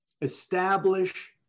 Establish